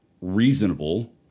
reasonable